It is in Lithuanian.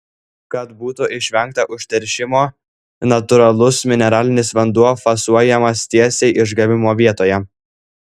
kad būtų išvengta užteršimo natūralus mineralinis vanduo fasuojamas tiesiai išgavimo vietoje